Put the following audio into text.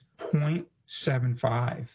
0.75